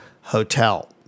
hotel